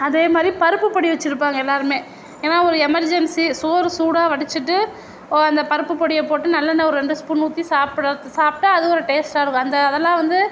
அதே மாதிரி பருப்பு பொடி வெச்சுருப்பாங்க எல்லோருமே ஏன்னா ஒரு எமர்ஜென்சி சோறு சூடாக வடிச்சுட்டு அந்த பருப்பு பொடியைப் போட்டு நல்லெண்ணை ஒரு ரெண்டு ஸ்பூன் ஊற்றி சாப்பிட சாப்பிட்டா அது ஒரு டேஸ்ட்டாக இருக்கும் அந்த அதெல்லாம் வந்து